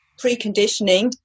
preconditioning